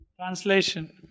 Translation